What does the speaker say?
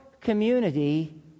community